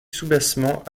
soubassement